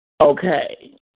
okay